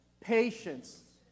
Patience